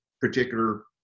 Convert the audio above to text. particular